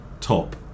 top